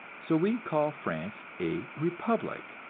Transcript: so we call france a republic,